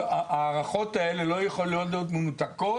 ההערכות האלה לא יכולות להיות מנותקות